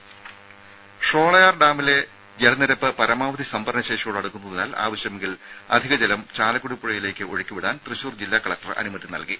രുമ ഷോളയാർ ഡാമിലെ ജലനിരപ്പ് പരമാവധി സംഭരണശേഷിയോട് അടുക്കുന്നതിനാൽ ആവശ്യമെങ്കിൽ അധിക ജലം ചാലക്കുടി പുഴയിലേക്ക് ഒഴുക്കി വിടാൻ തൃശൂർ ജില്ലാ കലക്ടർ അനുമതി നൽകി